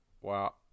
Wow